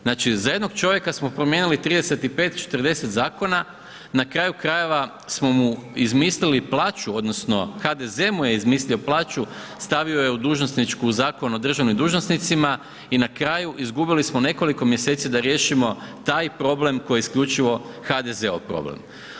Znači za jednog čovjeka smo promijenili 35, 40 zakona na kraju krajeva smo mu izmislili plaću odnosno HDZ mu je izmislio plaću savio ju je u dužnosničku u Zakon o državnim dužnosnicima i na kraju izgubili smo nekoliko mjeseci da riješimo taj problem koji je isključivo HDZ-ov problem.